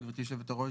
גברתי יושבת הראש,